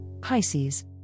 Pisces